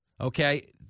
Okay